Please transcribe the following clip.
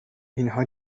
اینها